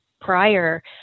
prior